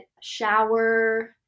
shower